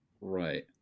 Right